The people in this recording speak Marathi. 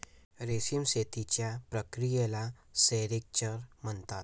रेशीम शेतीच्या प्रक्रियेला सेरिक्चर म्हणतात